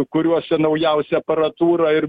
kuriuose naujausia aparatūra ir